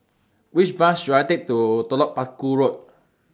Which Bus should I Take to Telok Paku Road